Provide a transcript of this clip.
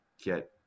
get